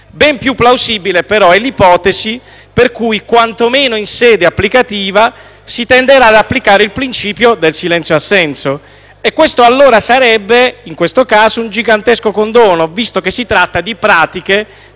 ben più plausibile però è l’ipotesi per cui, quantomeno in sede applicativa, si tenderà ad applicare il principio del silenzio-assenso e in tal caso questo sarebbe un gigantesco condono, visto che si tratta di pratiche